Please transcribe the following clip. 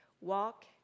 Walk